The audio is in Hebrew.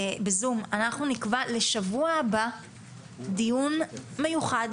אנחנו נקבע לשבוע הבא דיון מיוחד,